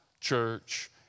church